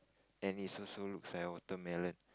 and is also looks like a watermelon